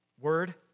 word